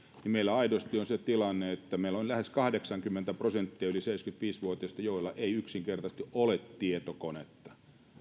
ja meillä aidosti on se tilanne että meillä on lähes kahdeksankymmentä prosenttia yli seitsemänkymmentäviisi vuotiaista sellaisia joilla ei yksinkertaisesti ole tietokonetta ja